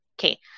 Okay